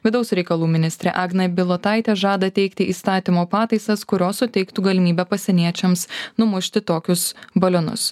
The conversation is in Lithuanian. vidaus reikalų ministrė agnė bilotaitė žada teikti įstatymo pataisas kurios suteiktų galimybę pasieniečiams numušti tokius balionus